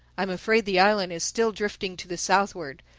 i'm afraid the island is still drifting to the southward.